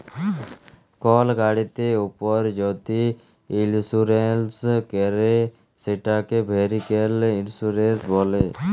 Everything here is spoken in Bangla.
কল গাড়ির উপর যদি ইলসুরেলস ক্যরে সেটকে ভেহিক্যাল ইলসুরেলস ব্যলে